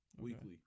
weekly